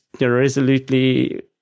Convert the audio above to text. resolutely